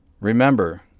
Remember